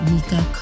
Mika